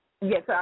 Yes